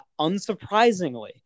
unsurprisingly